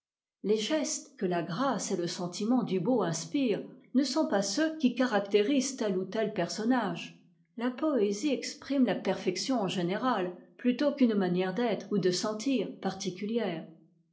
les gestes que la grâce et le sentiment du beau inspirent ne sont pas ceux qui caractérisent tel ou tel personnage la poésie exprime la perfection en général plutôt qu'une manière d'être ou de sentir particulière